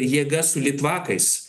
jėgas su litvakais